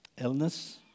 Illness